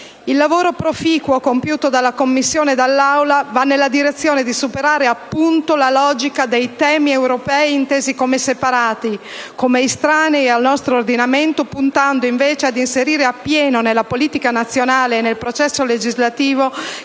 Il lavoro, proficuo, compiuto dalla Commissione e dall'Aula va appunto nella direzione di superare la logica dei temi europei intesi come separati e estranei al nostro ordinamento, puntando, invece, ad inserire appieno nella politica nazionale e nel processo legislativo